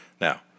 Now